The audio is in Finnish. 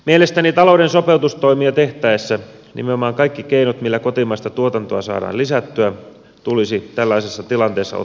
mielestäni talouden sopeutustoimia tehtäessä nimenomaan kaikki keinot joilla kotimaista tuotantoa saadaan lisättyä tulisi tällaisessa tilanteessa ottaa käyttöön